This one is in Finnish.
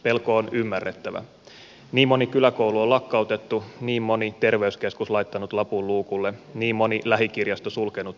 pelko on ymmärrettävä niin moni kyläkoulu on lakkautettu niin moni terveyskeskus laittanut lapun luukulle niin moni lähikirjasto sulkenut ovensa